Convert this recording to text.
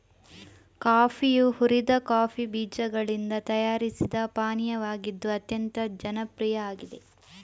ಕಾಫಿಯು ಹುರಿದ ಕಾಫಿ ಬೀಜಗಳಿಂದ ತಯಾರಿಸಿದ ಪಾನೀಯವಾಗಿದ್ದು ಅತ್ಯಂತ ಜನಪ್ರಿಯ ಆಗಿದೆ